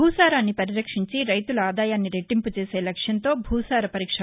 భూసారాన్ని పరిరక్షించి రైతుల ఆదాయాన్ని రెట్టింపు చేసే లక్ష్యంతో భూసార పరీక్షా ని